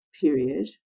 period